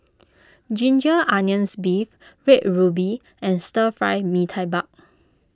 Ginger Onions Beef Red Ruby and Stir Fry Mee Tai Mak